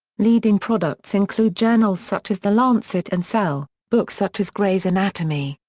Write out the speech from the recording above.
leading products include journals such as the lancet and cell, books such as gray's anatomy,